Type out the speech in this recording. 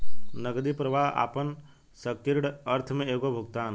नगदी प्रवाह आपना संकीर्ण अर्थ में एगो भुगतान ह